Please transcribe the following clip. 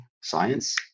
science